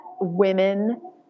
women